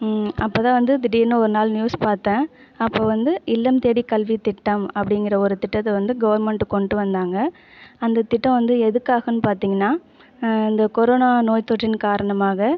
அப்போதான் வந்து திடீர்னு ஒரு நாள் நியூஸ் பார்த்தேன் அப்போ வந்து இல்லம் தேடி கல்வி திட்டம் அப்படிங்கிற ஒரு திட்டத்தை வந்து கவர்மண்ட் கொண்டு வந்தாங்க அந்த திட்டம் வந்து எதுக்காகன்னு பார்த்திங்கன்னா இந்த கொரோனா நோய் தொற்றின் காரணமாக